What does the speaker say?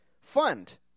fund